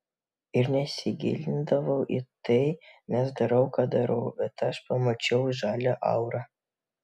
ir nesigilindavau į tai nes darau ką darau bet aš pamačiau žalią aurą